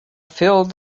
filled